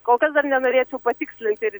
kol kas dar nenorėčiau patikslint ir